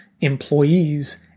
employees